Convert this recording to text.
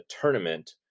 tournament